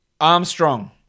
Armstrong